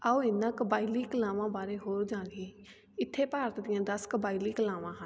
ਆਓ ਇਹਨਾਂ ਕਬਾਇਲੀ ਕਲਾਵਾਂ ਬਾਰੇ ਹੋਰ ਜਾਣੀਏ ਇੱਥੇ ਭਾਰਤ ਦੀਆਂ ਦਸ ਕਬਾਇਲੀ ਕਲਾਵਾਂ ਹਨ